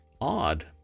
odd